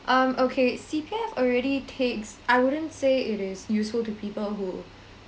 um okay C_P_F already takes I wouldn't say it is useful to people who